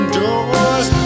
doors